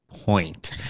point